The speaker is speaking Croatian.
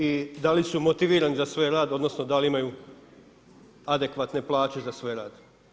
I da li su motivirani za svoj rad, odnosno da li imaju adekvatne plaće za svoj rad?